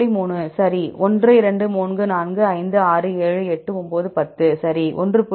3 சரி 1 2 3 4 5 6 7 8 9 10 சரி 1